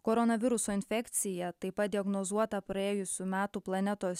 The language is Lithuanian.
koronaviruso infekcija taip pat diagnozuota praėjusių metų planetos